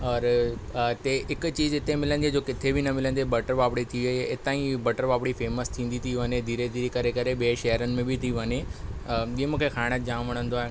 और इते हिकु चीज़ इते मिलंदी आहे जो किथे बि न मिलंदी आहे बटर पापड़ी थी वई इतां जी बटर पापड़ी फेमस थींदी थी वञे धीरे धीरे करे करे ॿिए शहरनि में बि थी वञे हीअ मूंखे खाइणु जामु वणंदो आहे